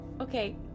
Okay